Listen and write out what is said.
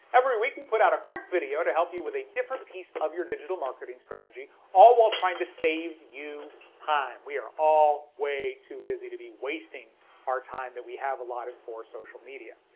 every week we put out a quick video to help you with a different piece of your digital marketing strategy, all while trying to save you time. we are all way too busy to be wasting our time that we have allotted of for social media.